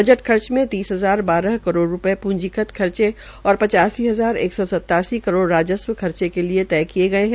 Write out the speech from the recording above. budget खर्च में तीस हजार बारह करोड़ रूपये प्ंजीगत खर्चे और पचासी हजार एक सौ सतासी करोड़ रूपये राजस्व खर्चे के लिए तय किये गये है